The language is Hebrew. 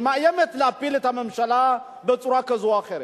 מאיימת להפיל את הממשלה בצורה כזאת או אחרת.